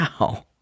Wow